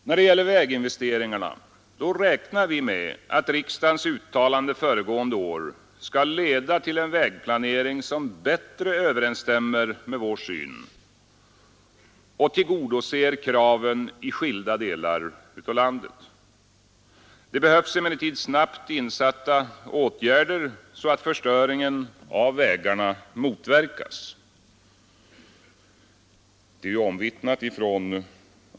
När det gäller väginvesteringarna räknar vi med att riksdagens uttalande föregående år skall leda till en vägplanering som bättre överensstämmer med vår syn och tillgodoser kraven i skilda delar av landet. Det behövs emellertid snabbt insatta åtgärder så att förstöringen av vägarna motverkas.